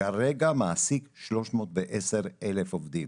שכרגע מעסיק 310,000 עובדים.